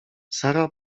sara